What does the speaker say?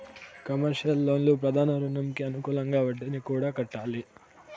commercial లోన్లు ప్రధాన రుణంకి అనుకూలంగా వడ్డీని కూడా కట్టాలి